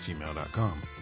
gmail.com